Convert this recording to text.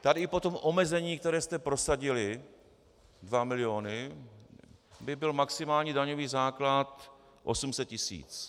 Tady i po tom omezení, které jste prosadili, 2 miliony, by byl maximální daňový základ 800 tisíc.